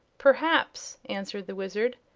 perhaps, answered the wizard,